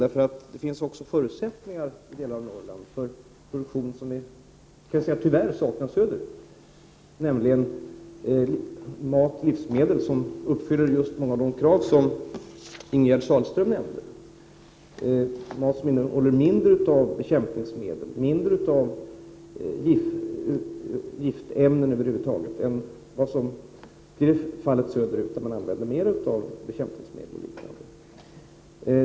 Det finns förutsättningar i hela Norrland för produktion som vi tyvärr saknar söderut, nämligen livsmedel som uppfyller just några av de krav som Ingegerd Sahlström nämnde. Det är mat som innehåller mindre av bekämpningsmedel, mindre av giftämnen över huvud taget än vad som är fallet söderut, där man använder mer bekämpningsmedel och liknande.